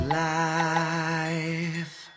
life